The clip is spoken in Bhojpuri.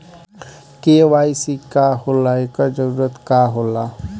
के.वाइ.सी का होला एकर जरूरत का होला?